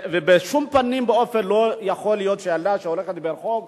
בשום פנים ואופן לא יכול להיות שילדה שהולכת ברחוב תותקף,